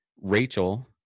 Rachel